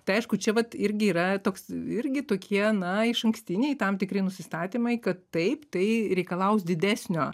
tai aišku čia vat irgi yra toks irgi tokie na išankstiniai tam tikri nusistatymai kad taip tai reikalaus didesnio